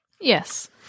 Yes